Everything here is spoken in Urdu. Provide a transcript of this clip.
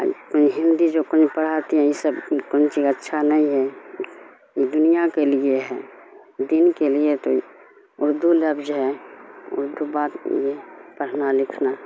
ہندی جو کوئی پڑھاتی ہیں یہ سب کون چیز اچھا نہیں ہے یہ دنیا کے لیے ہے دین کے لیے تو اردو لفظ ہے اردو بات یہ پڑھنا لکھنا